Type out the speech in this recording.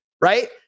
right